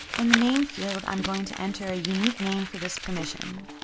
in the name field, i'm going to enter a unique name for this permission.